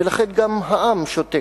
ולכן גם העם שותק.